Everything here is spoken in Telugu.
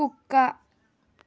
కుక్క